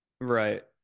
Right